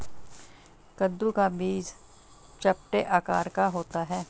कद्दू का बीज चपटे आकार का होता है